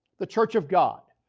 the church of god,